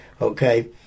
okay